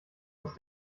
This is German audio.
uns